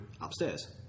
upstairs